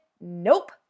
Nope